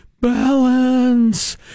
Balance